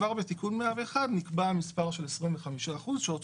כבר בתיקון 101 נקבע מספר של 25% שאותו